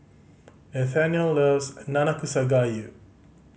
Nathaniel loves Nanakusa Gayu